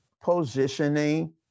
Positioning